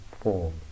form